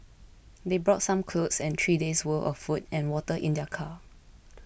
they brought some clothes and three days' worth of food and water in their car